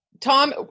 Tom